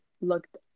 looked